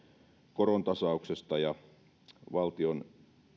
korontasauksesta ja valtion